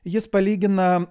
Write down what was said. jis palygina